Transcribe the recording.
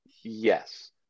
Yes